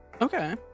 okay